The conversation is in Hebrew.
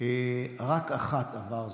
רק אחת עבר זמנה,